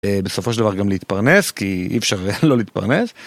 בסופו של דבר גם להתפרנס כי אי אפשר לא להתפרנס.